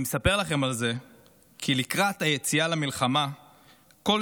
אני מספר לכם על זה כי לקראת היציאה למלחמה כל